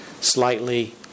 slightly